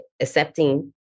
accepting